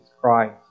Christ